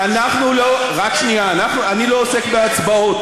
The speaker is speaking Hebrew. אני לא עוסק בהצבעות,